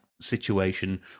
situation